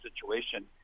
situation